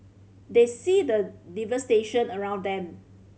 they see the devastation around them